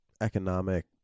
economic